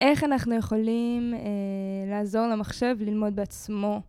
איך אנחנו יכולים אה... לעזור למחשב ללמוד בעצמו.